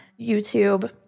YouTube